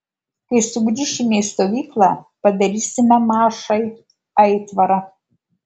kai sugrįšime į stovyklą padarysime mašai aitvarą